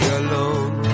alone